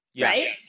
right